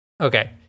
Okay